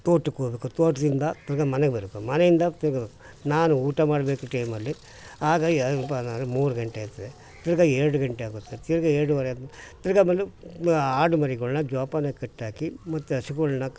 ತೋಟಕ್ಕೆ ಹೋಗ್ಬೇಕು ತೋಟದಿಂದ ತಿರ್ಗಿ ಮನೆಗೆ ಬರತ್ತೆ ಮನೆಯಿಂದ ತಿರ್ಗಿ ನಾನು ಊಟ ಮಾಡ್ಬೇಕಿದ್ದ ಟೈಮಲ್ಲಿ ಆಗ ಮೂರು ಗಂಟೆ ಆಯ್ತದೆ ತಿರ್ಗಿ ಎರಡು ಗಂಟೆ ಆಗುತ್ತೆ ತಿರ್ಗಿ ಎರಡೂವರೆ ಆದ್ಮೇಲೆ ತಿರ್ಗಿ ಆಮೇಲೆ ಆಡುಮರಿಗಳ್ನಾ ಜೋಪಾನಾಗ್ ಕಟ್ಹಾಕಿ ಮತ್ತು ಹಸುಗಳ್ನ